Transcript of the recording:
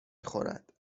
خورد